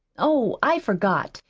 oh, i forgot.